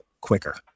quicker